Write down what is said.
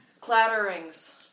Clatterings